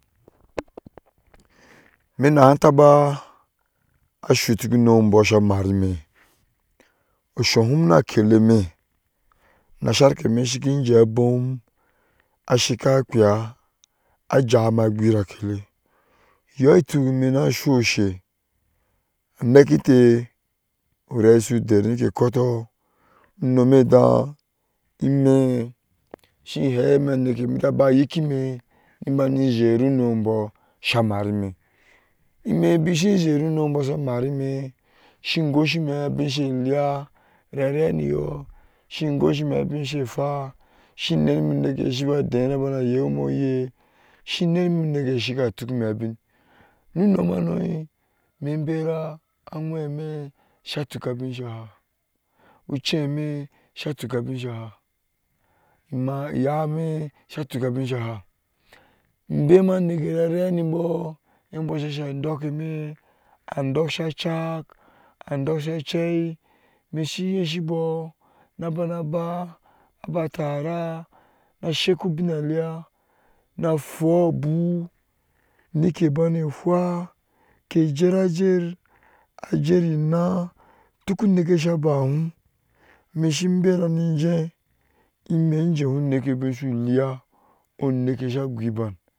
Me- n-ahe taba asutik onom i bɔɔ sa marayɛ mi usohom na keleni na sar ke mi kijeh bou ashi ka. kpaya ajeh mi agwara kele eyɔɔ tuk mi na su she na niki teh urai su dar ni ke kɔɔtɔɔ unomi dɛh imɛ shi hehe a mikeni naka baba ikimi ni bani zhara nomi bɔɔ sa marimi imɛ beki shi zhara unomi bɔɔ sa marami shi go sgimi abin shele nareniyɔɔ shi goshe abin sai hweŋ shi nanimi unikeyi sa baba tokimi abin unomanu mɛ bera aŋwemi sa tuka abi sa haa uchaa mi sa tuka abi sa haa iyami sa tuka abi sa haa ebemi anjike narenkeni adɔɔk sa chak adɔɔpk sa chaa mi shi yishi bɔɔ na bana ba tara ashiki ubiŋleya na hwewa abu nike bana hweu kejerajer ajere eŋeh dɔɔku ni keyi sa abayom mi shi bera ni jeŋ imɛ jehɛ nike ubisu leya oleke sa goh ban.